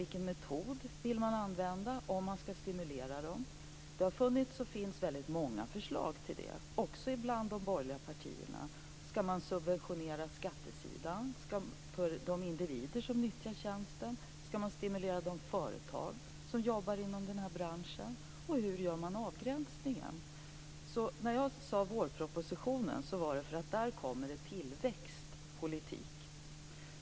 Vilken metod vill man använda om man skall stimulera dem? Det finns och har funnits väldigt många förslag, också bland de borgerliga partierna. Skall man subventionera skattesidan för de individer som nyttjar tjänsten? Skall man stimulera de företag som jobbar inom denna bransch? Och hur gör man avgränsningen? I vårpropositionen kommer det att presenteras en tillväxtpolitik.